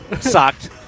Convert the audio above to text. sucked